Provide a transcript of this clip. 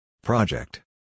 Project